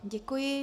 Děkuji.